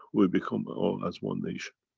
we become all as one nation.